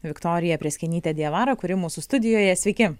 viktorija prėskienytė diavara kūri mūsų studijoje sveiki